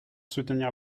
soutenir